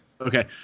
Okay